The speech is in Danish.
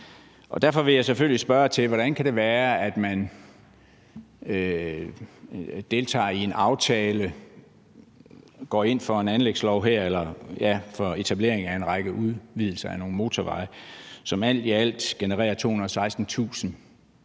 Derfor vil jeg selvfølgelig spørge til, hvordan det kan være, at man deltager i en aftale og her går ind for etablering af en udvidelse af en række motorveje, som alt i alt genererer 216.000